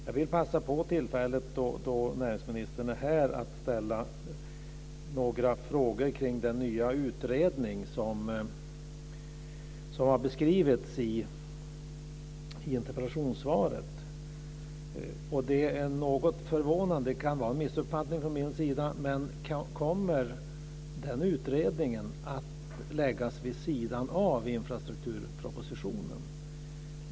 Jag vill passa på tillfället då näringsministern är här att ställa några frågor om den nya utredning som har beskrivits i interpellationssvaret. Det är något förvånande - det kan vara en missuppfattning från min sida - om den utredningen kommer att läggas vid sidan av infrastrukturpropositionen.